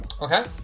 Okay